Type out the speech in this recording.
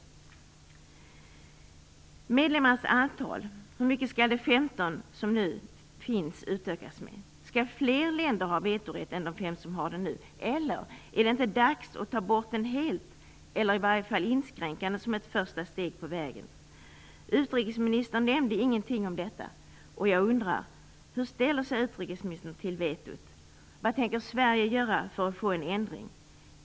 Det gäller medlemmarnas antal. Hur många medlemmar skall de femton medlemmar som nu finns utökas med? Skall fler länder än de fem som har det nu ha vetorätt? Är det inte dags att ta bort den helt, eller i alla fall inskränka den som ett första steg på vägen? Utrikesministern nämnde ingenting om detta. Jag undrar hur utrikesministern ställer sig till vetot. Vad tänker Sverige göra för att få en ändring?